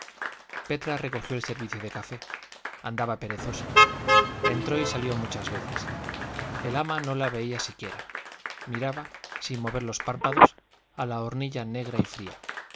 petra recogió el servicio del café andaba perezosa entró y salió muchas veces el ama no la veía siquiera miraba sin mover los párpados a la hornilla negra y fría